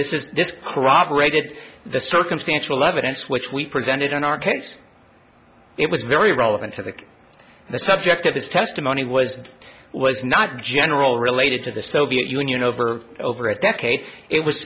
this is this cooperated the circumstantial evidence which we presented in our case it was very relevant to the case the subject of his testimony was and was not general related to the soviet union over over a decade it was